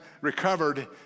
recovered